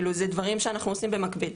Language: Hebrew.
אלה דברים שאנחנו עושים במקביל,